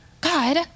God